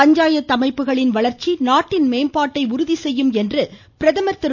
பஞ்சாயத்து அமைப்புகளின் வளர்ச்சி நாட்டின் மேம்பாட்டை உறுதி செய்யும் என்று பிரதமர் திரு